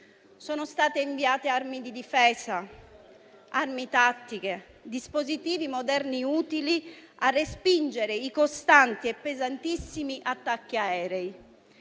sono state inviate armi di difesa, armi tattiche, dispositivi moderni utili a respingere i costanti e pesantissimi attacchi aerei.